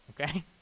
okay